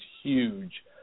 huge